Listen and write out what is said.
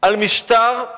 על משטר,